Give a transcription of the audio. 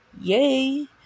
Yay